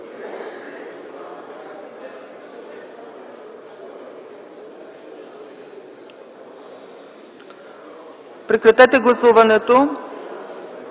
Прекратете гласуването,